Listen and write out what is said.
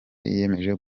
yiyemeje